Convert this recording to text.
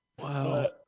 Wow